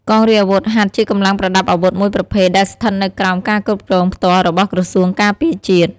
កងរាជអាវុធហត្ថជាកម្លាំងប្រដាប់អាវុធមួយប្រភេទដែលស្ថិតនៅក្រោមការគ្រប់គ្រងផ្ទាល់របស់ក្រសួងការពារជាតិ។